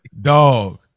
dog